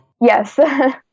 Yes